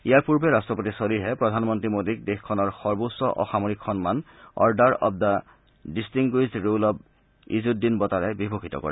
ইয়াৰ পূৰ্বে ৰাট্টপতি ছলিহে প্ৰধানমন্ত্ৰী মোদীক দেশখনৰ সৰ্বোচ্চ অসামৰিক সন্মান Order of the Distinguished Rule of Izzuddin বঁটাৰে বিভূষিত কৰে